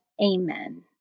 Amen